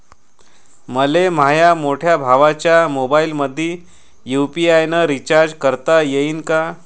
मले माह्या मोठ्या भावाच्या मोबाईलमंदी यू.पी.आय न रिचार्ज करता येईन का?